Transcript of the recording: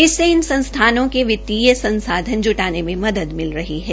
इससे इन संस्थानों के वित्तीय संसाधन जुटानें में मदद मिल रही हैं